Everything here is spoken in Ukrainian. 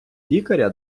лікаря